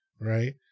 right